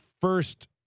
first